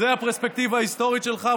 זאת הפרספקטיבה ההיסטורית שלך?